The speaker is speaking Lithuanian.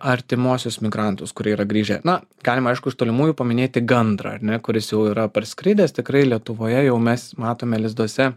artimuosius migrantus kurie yra grįžę na galima aišku iš tolimųjų paminėti gandrą ar ne kuris jau yra parskridęs tikrai lietuvoje jau mes matome lizduose